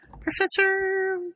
Professor